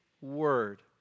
Word